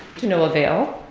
to no avail.